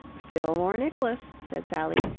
fillmore nicholas, said sally,